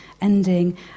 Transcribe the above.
ending